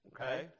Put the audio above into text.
okay